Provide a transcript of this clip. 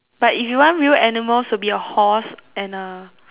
but if you want real animals would be a horse and a